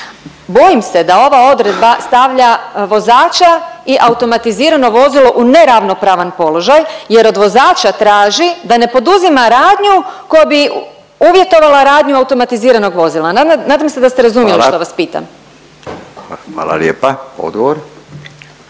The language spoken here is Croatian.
bojim se da ova odredba stavlja vozača i automatizirano vozilo u neravnopravan položaj jer od vozača traži da ne poduzima radnju koja bi uvjetovala radnju automatiziranog vozila. Nadam ste da ste razumjeli …/Upadica Radin: Hvala./…što vas